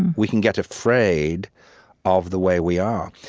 we can get afraid of the way we are.